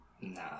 Nah